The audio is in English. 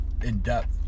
in-depth